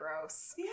gross